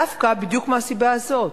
דווקא בדיוק מהסיבה הזאת,